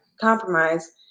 Compromise